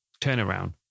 Turnaround